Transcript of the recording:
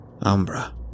Umbra